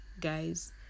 guys